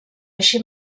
així